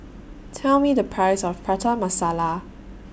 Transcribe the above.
Tell Me The Price of Prata Masala